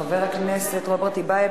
חבר הכנסת רוברט טיבייב,